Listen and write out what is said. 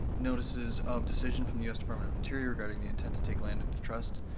notices of decision from the us department of interior regarding the intent to take land into trust.